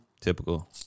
Typical